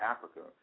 Africa